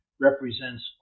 represents